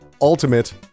Ultimate